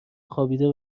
خوابیده